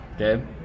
Okay